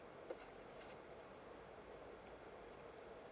two